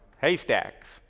haystacks